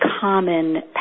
common